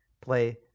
play